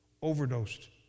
overdosed